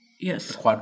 yes